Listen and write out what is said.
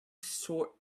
short